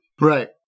right